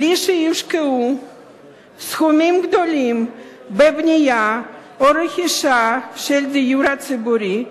בלי שיושקעו סכומים גדולים בבנייה או רכישה של דיור ציבורי,